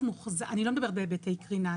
אני לא מדברת בהיבטי קרינה,